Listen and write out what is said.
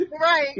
Right